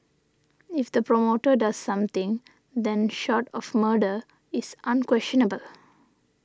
if the promoter does something then short of murder it's unquestionable